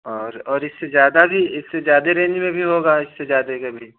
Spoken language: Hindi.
और और इससे ज़्यादा भी इससे ज़्यादा रेन्ज में भी होगा इससे ज़्यादा का भी